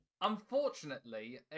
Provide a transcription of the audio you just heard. Unfortunately